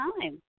time